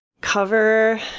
cover